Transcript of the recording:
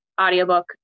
audiobook